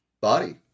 body